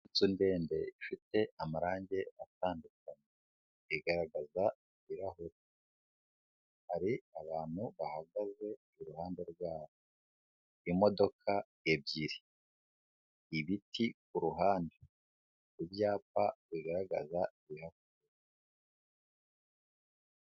Inzu ndende ifite amarange atandukanye, igaragaza ibirahure, hari abantu bahagaze iruhande rwaho, hari imodoka ebyiri, ibiti ku ruhande, ibyapa bigaragaza ibihari.